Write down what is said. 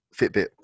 Fitbit